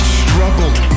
struggled